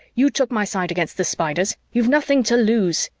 you took my side against the spiders you've nothing to lose.